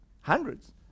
hundreds